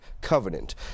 covenant